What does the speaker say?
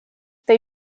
they